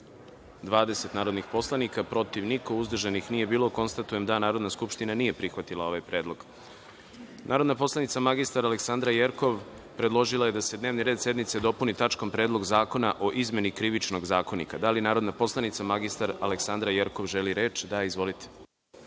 glasanje: za – 20, protiv – niko, uzdržanih – nema. Konstatujem da Narodna skupština nije prihvatila ovaj predlog. Narodna poslanica mr Aleksandra Jerkov predložila je da se dnevni red sednice dopuni tačkom Predlog zakona o izmeni Krivičnog zakonika. Da li narodna poslanica mr Aleksandra Jerkov želi reč? (Da.)Izvolite.